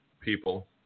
people